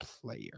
player